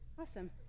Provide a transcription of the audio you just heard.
Awesome